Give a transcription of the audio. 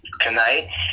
tonight